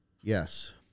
Yes